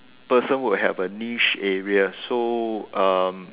person would have a niche area so um